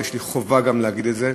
ויש לי חובה גם להגיד את זה,